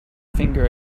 finger